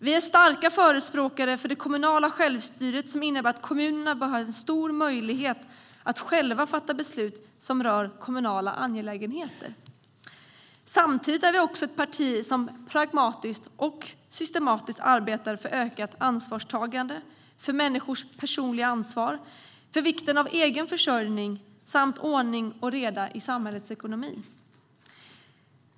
Vi är starka förespråkare för det kommunala självstyret, som innebär att kommunerna bör ha en stor möjlighet att själva fatta beslut som rör kommunala angelägenheter. Samtidigt är vi också ett parti som pragmatiskt och systematiskt arbetar för ökat ansvarstagande, för människors personliga ansvar, för vikten av egen försörjning samt ordning och reda i samhällets ekonomi.